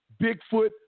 Bigfoot